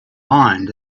mind